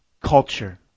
culture